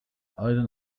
أيضا